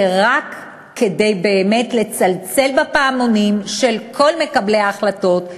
זה באמת רק כדי לצלצל בפעמונים מול כל מקבלי ההחלטות,